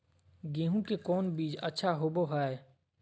गेंहू के कौन बीज अच्छा होबो हाय?